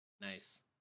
Nice